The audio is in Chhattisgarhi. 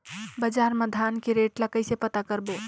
बजार मा धान के रेट ला कइसे पता करबो?